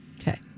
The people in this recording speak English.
Okay